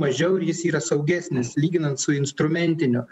mažiau ir jis yra saugesnis lyginant su instrumentiniu